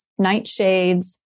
nightshades